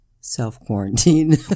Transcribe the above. Self-quarantine